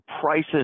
prices